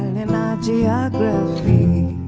in our geography. a